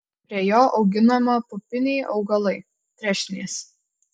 prie jo auginama pupiniai augalai trešnės